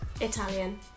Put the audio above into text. Italian